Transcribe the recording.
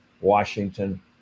Washington